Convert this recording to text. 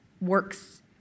works